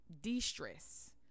de-stress